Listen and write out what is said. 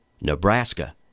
Nebraska